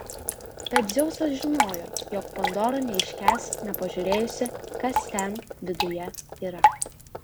bet dzeusas žinojo jog pandora neiškęs nepažiūrėjusi kas ten viduje yra